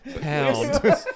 Pound